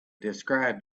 described